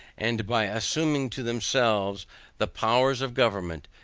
and by assuming to themselves the powers of government,